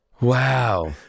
Wow